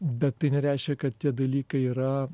bet tai nereiškia kad tie dalykai yra